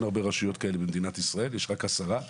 הרבה רשויות כאלה במדינות ישראל = יש רק עשר.